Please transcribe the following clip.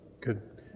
Good